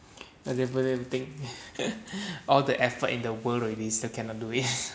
everything all the effort in the world already still cannot do it